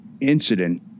incident